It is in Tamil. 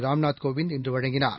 ராம்நாத் கோவிந்த் இன்று வழங்கினார்